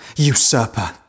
Usurper